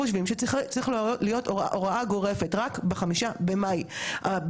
רק ב-5 במאי הביטוח הלאומי תיקן את ההנחיה המוטעית שלו,